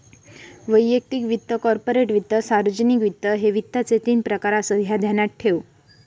वैयक्तिक वित्त, कॉर्पोरेट वित्त, सार्वजनिक वित्त, ह्ये वित्ताचे तीन प्रकार आसत, ह्या ध्यानात ठेव